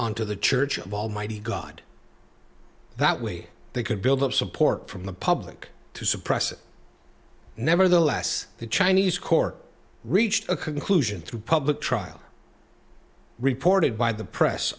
on to the church of almighty god that way they could build up support from the public to suppress it nevertheless the chinese core reached a conclusion through public trial reported by the press